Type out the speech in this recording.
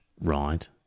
right